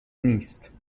نیست